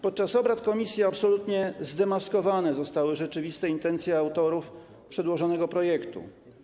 Podczas obrad komisji absolutnie zdemaskowane zostały rzeczywiste intencje autorów przedłożonego projektu.